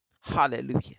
Hallelujah